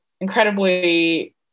incredibly